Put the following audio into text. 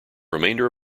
remainder